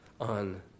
on